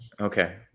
Okay